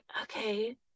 okay